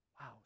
Wow